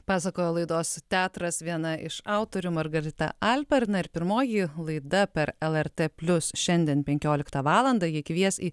pasakojo laidos teatras viena iš autorių margarita alper na ir pirmoji laida per lrt plius šiandien penkioliktą valandą ji kvies į